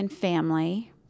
family